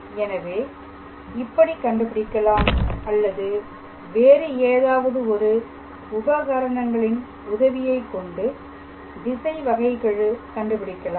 எனவே இப்படி கண்டுபிடிக்கலாம் அல்லது வேறு ஏதாவது ஒரு உபகரணங்களின் உதவியைக் கொண்டு திசை வகைக்கெழு கண்டுபிடிக்கலாம்